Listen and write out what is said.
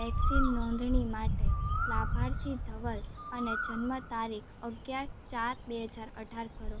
vaccine નોંધણી માટે લાભાર્થી ધવલ અને જન્મ તારીખ અગિયાર ચાર બે હજાર અઢાર ભરો